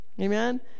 Amen